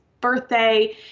birthday